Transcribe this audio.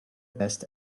best